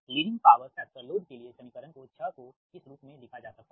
leading power factor load के लिए समीकरण को 6 को इस रूप मे लिखा जा सकता है